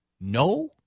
No